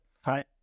Hi